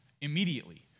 Immediately